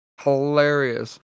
hilarious